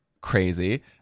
crazy